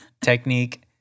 technique